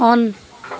on